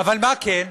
אבל מה כן?